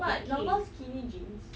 what normal skinny jeans